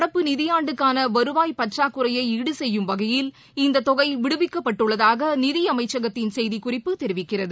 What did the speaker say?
நடப்பு நிதியாண்டுக்கானவருவாய் பற்றாக்குறையாடுசெய்யும் வகையில் இந்ததொகைவிடுவிக்கப்பட்டுள்ளதாகநிதியமைச்சகத்தின் செய்திக் குறிப்பு தெரிவிக்கிறது